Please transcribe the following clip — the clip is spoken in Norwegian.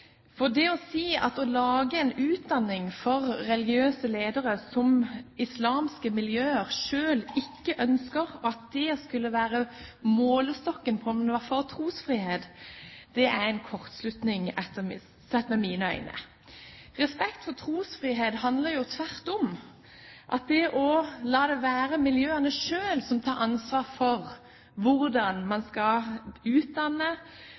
For det å si at å lage en utdanning for religiøse ledere som islamske miljøer selv ikke ønsker, skal være målestokken på om en er for trosfrihet, er en kortslutning, sett med mine øyne. Respekt for trosfrihet handler tvert om om det å la miljøene selv ta ansvar for hvordan man skal utdanne